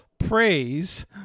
praise